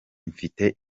ifite